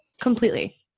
Completely